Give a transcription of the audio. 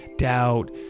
doubt